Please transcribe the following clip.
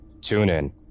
TuneIn